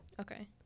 Okay